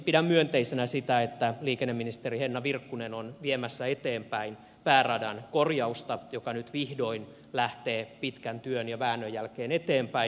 pidän myönteisenä sitä että liikenneministeri henna virkkunen on viemässä eteenpäin pääradan korjausta joka nyt vihdoin lähtee pitkän työn ja väännön jälkeen eteenpäin